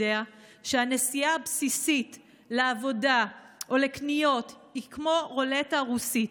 שהנסיעה הבסיסית לעבודה או לקניות היא כמו רולטה רוסית,